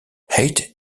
eight